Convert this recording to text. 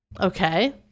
Okay